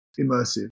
immersive